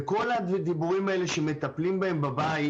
וכל הדיבורים האלה שמטפלים בהם בבית